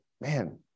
man